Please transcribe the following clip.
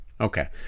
okay